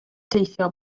teithio